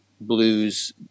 blues